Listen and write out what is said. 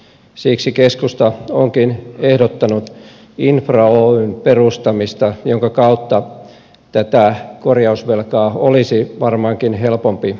siksi keskusta onkin ehdottanut infra oyn perustamista jonka kautta tätä korjausvelkaa olisi varmaankin helpompi lyhentää